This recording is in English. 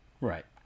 Right